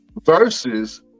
versus